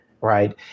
right